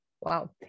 Wow